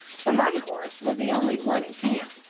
for my horse was the only one in camp,